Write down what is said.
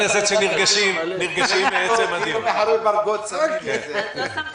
שבהארכת מעצרו של חשוד הייתם צריכים